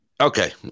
Okay